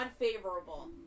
unfavorable